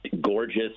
gorgeous